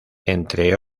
entre